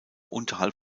unterhalb